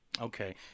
Okay